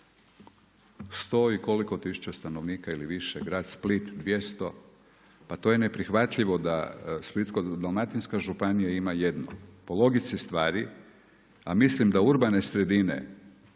100 i koliko tisuća stanovnika ili više, grad Split 200, pa to je neprihvatljivo da Splitsko-dalmatinska županija ima 1, po logici stvari, a mislim da urbane sredine,